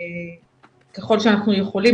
ככל שאנחנו יכולים,